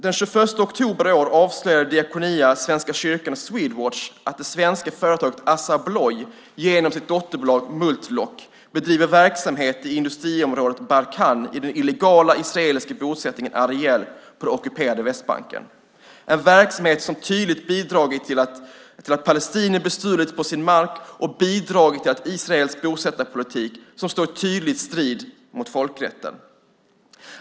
Den 21 oktober i år avslöjade Diakonia, Svenska kyrkan och Swedwatch att det svenska företaget Assa Abloy genom sitt dotterbolag Mul-T-Lock bedriver verksamhet i industriområdet Barkan i den illegala israeliska bosättningen Ariel på den ockuperade Västbanken, en verksamhet som tydligt bidragit till att palestinier bestulits på sin mark och bidragit till Israels bosättarpolitik, som står i tydlig strid med folkrätten.